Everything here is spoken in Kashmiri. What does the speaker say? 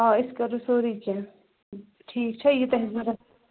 آ أسۍ کَرو سورُے کیٚنٛہہ ٹھیٖک چھا یہِ تۄہہِ ضوٚرَتھ